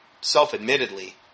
self-admittedly